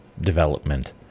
development